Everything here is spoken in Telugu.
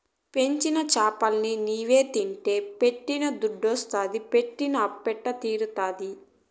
పెంచిన చేపలన్ని నీవే తింటే పెట్టిన దుద్దెట్టొస్తాది పెట్టిన అప్పెట్ట తీరతాది